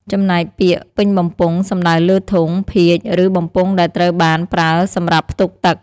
ចំណែកពាក្យ ពេញបំពង់ សំដៅលើធុង ភាជន៍ ឬបំពង់ដែលត្រូវបានប្រើសម្រាប់ផ្ទុកទឹក។